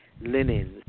linens